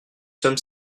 sommes